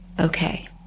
okay